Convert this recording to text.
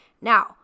now